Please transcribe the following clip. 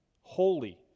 holy